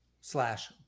slash